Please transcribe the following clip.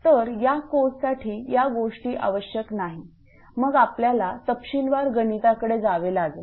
तर या कोर्ससाठी या गोष्टी आवश्यक नाही मग आपल्याला तपशीलवार गणिताकडे जावे लागेल